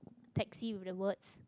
taxi with the words